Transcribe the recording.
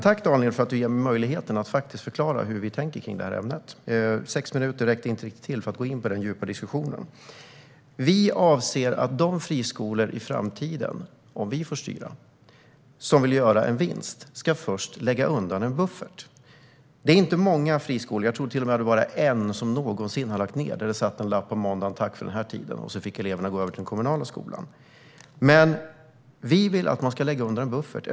Tack, Daniel, för att du ger mig möjlighet att faktiskt förklara hur vi tänker kring vinster i välfärden. Min talartid på sex minuter räckte inte riktigt till för att jag skulle gå in djupare i denna diskussion. Vi avser i framtiden, om vi får styra, att se till att de friskolor som vill göra en vinst först måste lägga undan pengar till en buffert. Det är inte många friskolor som har lagts ned. Jag tror att det till och med är bara en, och där satt det en lapp på dörren på måndagen: Tack för den här tiden. Sedan fick eleverna gå över till en kommunal skola. Vi vill alltså att de ska lägga undan pengar till en buffert.